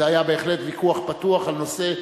זה היה בהחלט ויכוח פתוח על נושא.